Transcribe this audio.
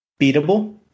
beatable